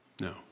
No